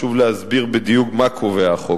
חשוב להסביר בדיוק מה קובע החוק,